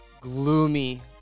gloomy